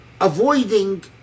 Avoiding